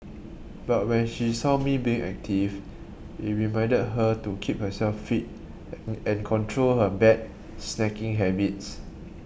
but when she saw me being active it reminded her to keep herself fit and control her bad snacking habits